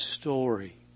story